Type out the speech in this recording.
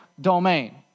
domain